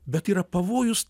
bet yra pavojus